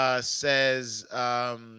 says